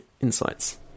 insights